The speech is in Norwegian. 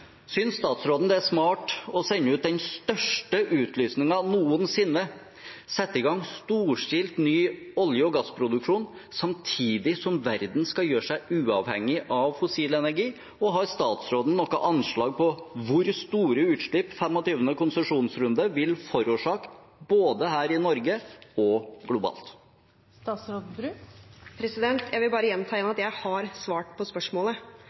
statsråden det er smart å sende ut den største utlysningen noensinne, sette i gang storstilt ny olje- og gassproduksjon, samtidig som verden skal gjøre seg uavhengig av fossil energi? Har statsråden noe anslag på hvor store utslipp 25. konsesjonsrunde vil forårsake både her i Norge og globalt? Jeg vil gjenta at jeg har svart på spørsmålet.